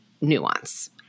nuance